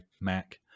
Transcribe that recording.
Mac